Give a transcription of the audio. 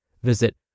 Visit